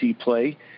play